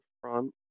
front